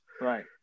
Right